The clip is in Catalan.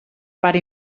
part